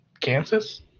Kansas